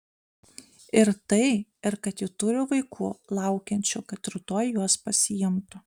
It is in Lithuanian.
ir tai ir kad ji turi vaikų laukiančių kad rytoj juos pasiimtų